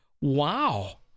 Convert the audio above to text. Wow